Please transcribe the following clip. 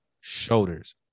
shoulders